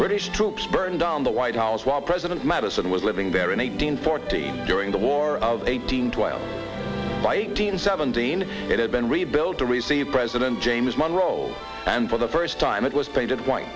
british troops burned down the white house while president madison was living there in eighteen forty during the war of eighteen twelve by eighteen seventeen it had been rebuilt to receive president james monroe and for the first time it was painted white